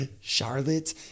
Charlotte